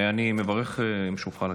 אני מברך משולחן הכנסת,